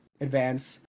advance